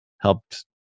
helped